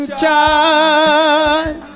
child